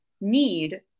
need